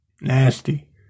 Nasty